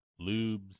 lubes